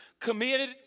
committed